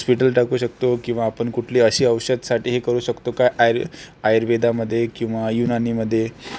hospital टाकू शकतो किंवा आपण कुठली अशी औषधासाठी हे करू शकतो का आयर आयुर्वेदामध्ये किंवा युनानीमध्ये